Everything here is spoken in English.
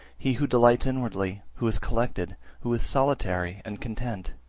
he who delights inwardly, who is collected, who is solitary and content,